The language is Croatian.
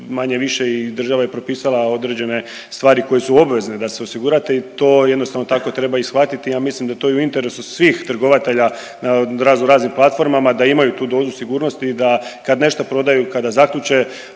manje-više i država je propisala određene stvari koje su obvezne da se osigurate i to jednostavno tako treba i shvatiti. Ja mislim da je to u interesu svih trgovatelja na razno raznim platformama da imaju tu dozu sigurnosti i da kad nešto prodaju, kada zaključe